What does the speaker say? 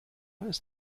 ist